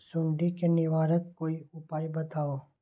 सुडी से निवारक कोई उपाय बताऊँ?